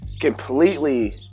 completely